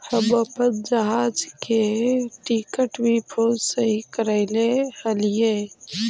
हम अपन जहाज के टिकट भी फोन से ही करैले हलीअइ